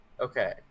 Okay